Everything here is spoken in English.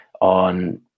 on